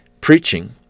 preaching